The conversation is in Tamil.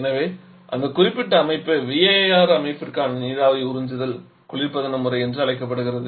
எனவே அந்த குறிப்பிட்ட அமைப்பு VAR அமைப்பிற்கான நீராவி உறிஞ்சுதல் குளிர்பதன முறை என அழைக்கப்படுகிறது